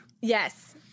Yes